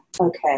Okay